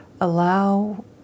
allow